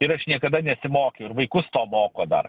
ir aš niekada nesimokiau ir vaikus to moko dar